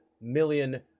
million